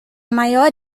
maior